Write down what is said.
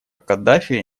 каддафи